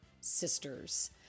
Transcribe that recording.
sisters